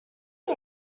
see